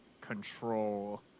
control